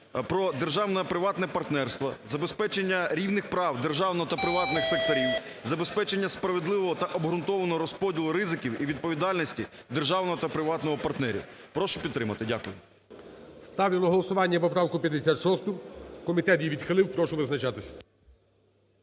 про державно-приватне партнерство, забезпечення рівних прав державного та приватного секторів, забезпечення справедливого та обґрунтованого розподілу ризиків і відповідальності державного та приватного партнерів. Прошу підтримати. Дякую. ГОЛОВУЮЧИЙ. Ставлю на голосування поправку 56. Комітет її відхилив. Прошу визначатись.